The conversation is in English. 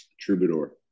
Troubadour